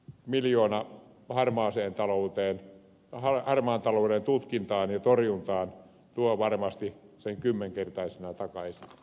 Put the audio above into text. miljoona harmaan talouden tutkintaan ja torjuntaan tuo varmasti sen kymmenkertaisena takaisin